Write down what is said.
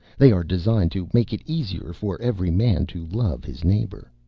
they are designed to make it easier for every man to love his neighbor.